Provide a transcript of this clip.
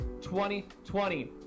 2020